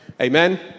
amen